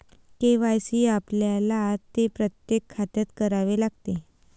KYC आपल्याला ते प्रत्येक खात्यात करावे लागते